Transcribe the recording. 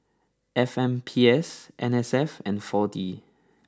F M P S N S F and four D